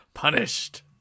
Punished